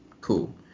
cool